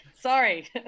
Sorry